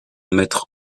mettre